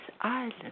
island